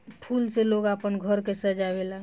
फूल से लोग आपन घर के सजावे ला